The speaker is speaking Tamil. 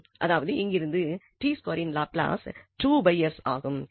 அதாவது இங்கிருந்து இன் லாப்லாஸ் 2s ஆகும்